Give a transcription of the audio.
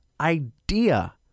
idea